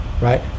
Right